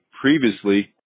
previously